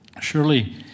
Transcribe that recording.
Surely